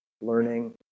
learning